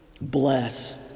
bless